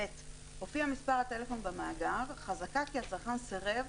(ב)הופיע מספר טלפון במאגר, חזקה כי הצרכן סירב